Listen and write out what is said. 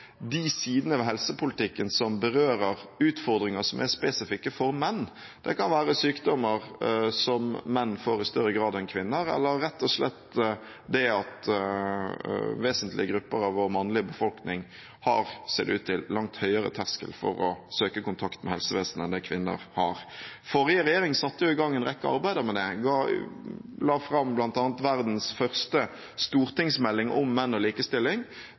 de sidene ved helsepolitikken som berører utfordringer som er spesifikke for menn. Det kan være sykdommer som menn får i større grad enn kvinner, eller rett og slett at vesentlige grupper av vår mannlige befolkning har, ser det ut til, langt høyere terskel for å søke kontakt med helsevesenet enn det kvinner har. Forrige regjering satte i gang en rekke arbeider med det, la fram bl.a. verdens første stortingsmelding om menn og likestilling,